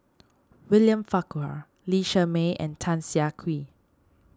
William Farquhar Lee Shermay and Tan Siah Kwee